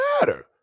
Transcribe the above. matter